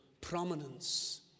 prominence